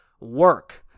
work